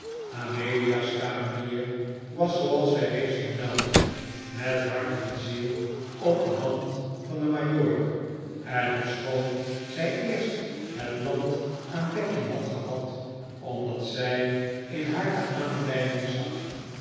amelia's kamenier was zooals wij reeds vermeldden met hart en ziel op de hand van den majoor en ofschoon zij eerst het land aan becky had gehad omdat zij in haar de aanleiding zag